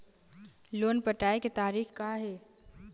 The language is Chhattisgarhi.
लोन पटाए के तारीख़ का हे?